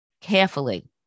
carefully